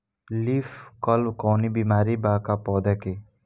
Leaf curl कौनो बीमारी बा का पौधा के?